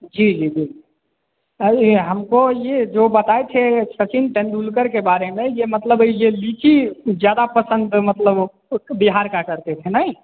जी जी जी अए हमको यह जो बताए थे सचिन तेन्दुलकर के बारे में यह मतलब यह लीची ज़्यादा पसंद है मतलब वह बिहार का करते थे नहीं